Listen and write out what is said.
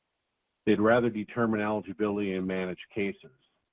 they'd rather determine eligibility and manage cases.